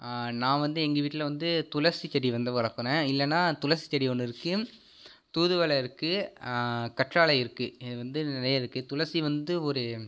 நான் வந்து எங்க வீட்டில் வந்து துளசி செடி வந்து வளர்க்குனேன் இல்லேன்னா துளசி செடி ஒன்று இருக்குது தூதுவளை இருக்குது கற்றாழை இருக்குது இது வந்து நிறைய இருக்குது துளசி வந்து ஒரு